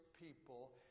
people